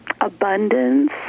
abundance